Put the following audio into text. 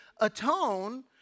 atone